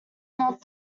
not